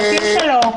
1(ו).